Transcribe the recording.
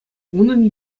унӑн